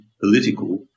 political